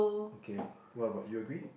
okay what about you agree